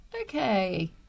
okay